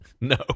no